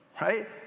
right